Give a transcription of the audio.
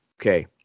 okay